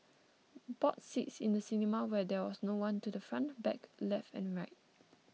bought seats in the cinema where there was no one to the front back left and right